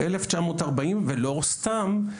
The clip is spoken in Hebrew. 1940 ולא סתם,